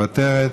מוותרת,